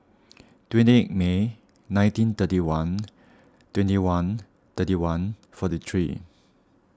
twenty eight May nineteen thirty one twenty one thirty one forty three